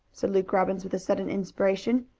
said luke robbins, with a sudden inspiration,